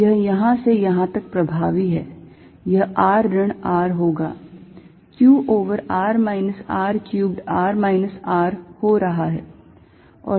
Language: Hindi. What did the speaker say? यह यहाँ से यहाँ तक प्रभावी है यह r ऋण R होगा q over r minus R cubed r minus R हो रहा है